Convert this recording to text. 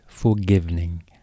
Forgiving